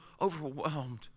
overwhelmed